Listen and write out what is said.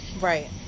Right